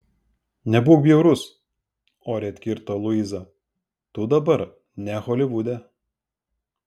nebūk bjaurus oriai atkirto luiza tu dabar ne holivude